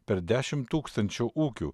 per dešimt tūkstančių ūkių